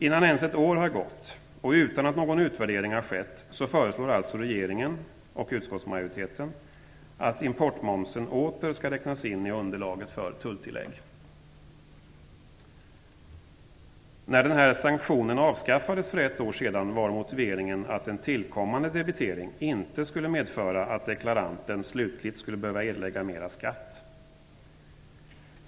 Innan ens ett år har gått och utan att någon utvärdering har skett, så föreslår alltså regeringen och utskottsmajoriteten att importmomsen åter skall räknas in i underlaget för tulltillägg. När denna sanktion avskaffades för ett år sedan var motiveringen att en tillkommande debitering inte skulle medföra att deklaranten slutligt skulle behöva erlägga mera skatt.